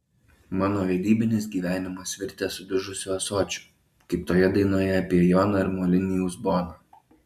mano vedybinis gyvenimas virtęs sudužusiu ąsočiu kaip toje dainoje apie joną ir molinį uzboną